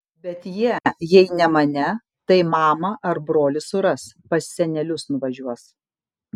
bet jie jei ne mane tai mamą ar brolį suras pas senelius nuvažiuos